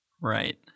Right